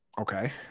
Okay